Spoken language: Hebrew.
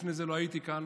לפני זה לא הייתי כאן,